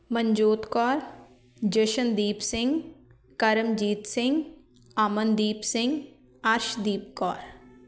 Manjot Kaur Jashandeep Singh Karamjit Singh Amandeep Singh Arshdeep Kaur